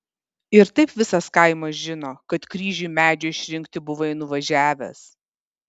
ir taip visas kaimas žino kad kryžiui medžio išrinkti buvai nuvažiavęs